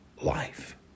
life